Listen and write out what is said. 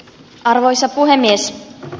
arvoisa puhemies